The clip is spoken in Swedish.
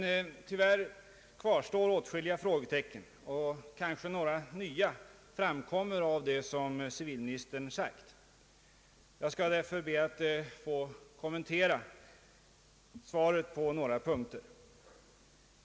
Tyvärr kvarstår dock åtskilliga frågetecken, och kanske har ytterligare några tillkommit genom civilministerns svar. Jag skall därför be att få kommentera svaret på några punkter.